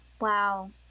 wow